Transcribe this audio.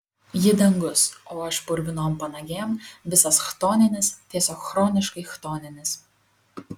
ji dangus o aš purvinom panagėm visas chtoninis tiesiog chroniškai chtoninis